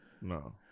No